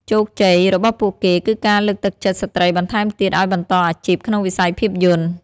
ជោគជ័យរបស់ពួកគេគឺការលើកទឹកចិត្តស្ត្រីបន្ថែមទៀតឱ្យបន្តអាជីពក្នុងវិស័យភាពយន្ត។